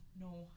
No